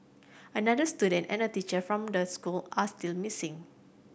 another student and a teacher from the school are still missing